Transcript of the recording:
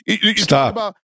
Stop